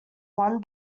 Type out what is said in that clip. won